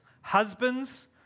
Husbands